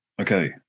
okay